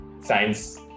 science